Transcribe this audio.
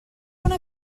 una